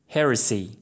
Heresy